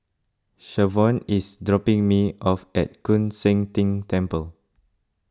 Shavonne is dropping me off at Koon Seng Ting Temple